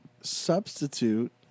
substitute